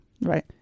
Right